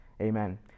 Amen